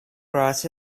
grass